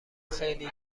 خیلی